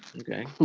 Okay